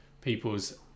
people's